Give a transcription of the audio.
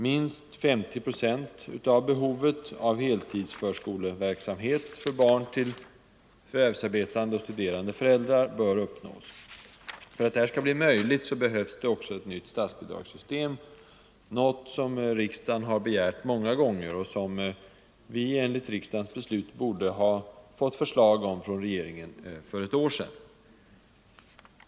Minst 50 procent av behovet av heltidsförskoleverksamhet för barn till förvärvsarbetande och studerande föräldrar bör täckas. För att det skall bli möjligt behövs också ett nytt statsbidragssystem, något som riksdagen har begärt många gånger och som vi enligt riksdagens beslut borde ha fått förslag om från regeringen för ett år sedan.